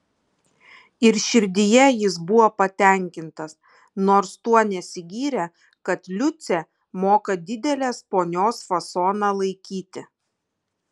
ir širdyje jis buvo patenkintas nors tuo nesigyrė kad liucė moka didelės ponios fasoną laikyti